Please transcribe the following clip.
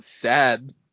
Dad